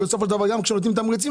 ובסופו של דבר כשנותנים תמריצים,